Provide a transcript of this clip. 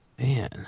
Man